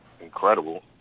incredible